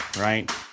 Right